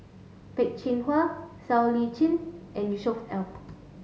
Peh Chin Hua Siow Lee Chin and Yusnor Ef